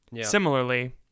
Similarly